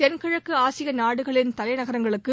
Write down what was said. தெள்கிழக்கு ஆசிய நாடுகளின் தலைநகரங்களுக்கு